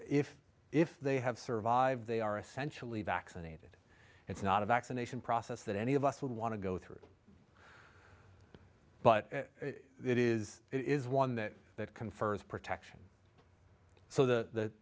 if if they have survived they are essentially vaccinated it's not a vaccination process that any of us would want to go through but it is it is one that that confers protection so th